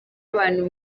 abantu